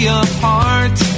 apart